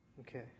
Okay